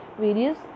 various